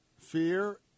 Fear